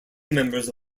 members